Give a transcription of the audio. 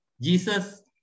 Jesus